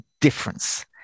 difference